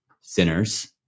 sinners